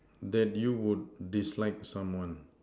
that you would dislike someone